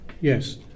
Yes